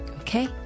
okay